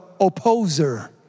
opposer